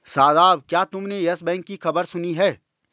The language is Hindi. शादाब, क्या तुमने यस बैंक की खबर सुनी है?